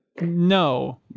No